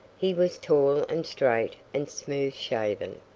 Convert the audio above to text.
he was tall and straight and smooth-shaven.